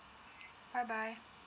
bye bye